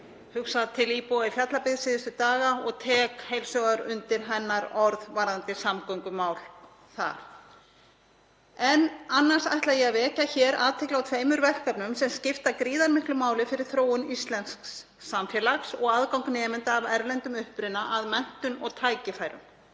hugsað til íbúa í Fjallabyggð síðustu daga og tek heils hugar undir orð hennar varðandi samgöngumál þar. Annars ætla ég að vekja hér athygli á tveimur verkefnum sem skipta gríðarmiklu máli fyrir þróun íslensks samfélags og aðgang nemenda af erlendum uppruna að menntun og tækifærum